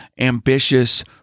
ambitious